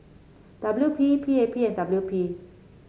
W P P A P and W P